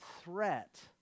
threat